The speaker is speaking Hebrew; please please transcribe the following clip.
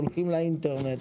הולכים לאינטרנט.